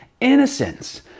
innocence